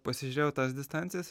pasižiūrėjau tas distancijas